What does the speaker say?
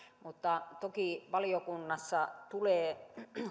mutta toki valiokunnassa tulee